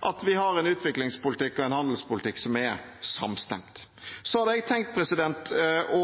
at vi har en utviklingspolitikk og en handelspolitikk som er samstemt. Så hadde jeg tenkt å